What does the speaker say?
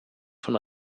von